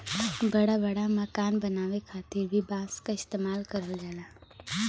बड़ा बड़ा मकान बनावे खातिर भी बांस क इस्तेमाल करल जाला